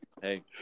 Hey